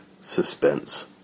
suspense